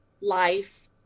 life